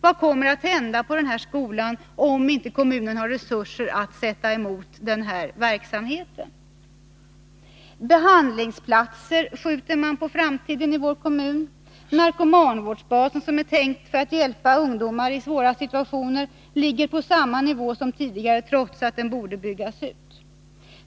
Vad kommer att hända på den här skolan om inte kommunen har resurser att sätta emot denna verksamhet? Behandlingsplatser skjuter man på framtiden i vår kommun. Narkomanvårdsbasen, som är tänkt för att hjälpa ungdomar i svåra situationer, ligger på samma nivå som tidigare, trots att den borde byggas ut.